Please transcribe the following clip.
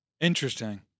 Interesting